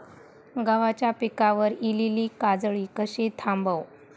गव्हाच्या पिकार इलीली काजळी कशी थांबव?